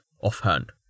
offhand